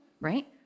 right